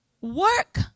Work